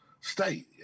state